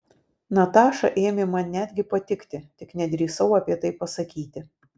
nataša ėmė man netgi patikti tik nedrįsau apie tai pasakyti